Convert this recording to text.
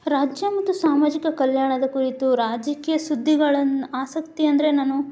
ರಾಜ್ಯ ಮತ್ತು ಸಾಮಾಜಿಕ ಕಲ್ಯಾಣದ ಕುರಿತು ರಾಜಕೀಯ ಸುದ್ದಿಗಳನ್ನು ಆಸಕ್ತಿ ಅಂದರೆ ನಾನು